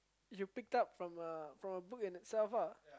you picked up from a from a book in itself ah